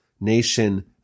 nation